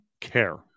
care